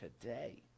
today